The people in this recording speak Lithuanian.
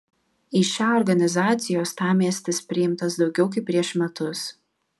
į šią organizaciją uostamiestis priimtas daugiau kaip prieš metus